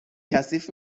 کثیف